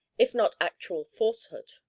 if not actual falsehood.